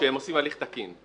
כשהם עושים הליך תקין.